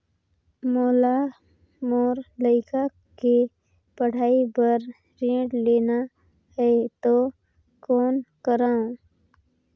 मोला मोर लइका के पढ़ाई बर ऋण लेना है तो कौन करव?